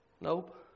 Nope